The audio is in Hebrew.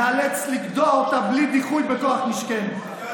ניאלץ לגדוע אותה בלי דיחוי בכוח נשקנו,